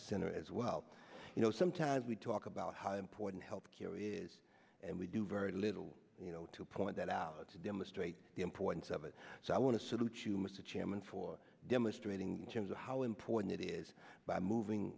center as well you know sometimes we talk about how important health care is and we do very little you know to point that out to demonstrate the importance of it so i want to salute to mr chairman for demonstrating in terms of how important it is by moving